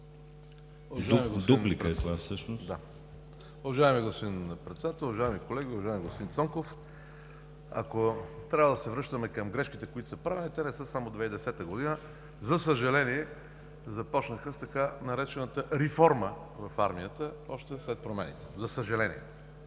КРАСИМИР КАРАКАЧАНОВ: Уважаеми господин Председател, уважаеми колеги! Уважаеми господин Цонков, ако трябва да се връщаме към грешките, които са правени, те не са само 2010 г., за съжаление, започната с така наречена „риформа“ в армията още след промените, за съжаление.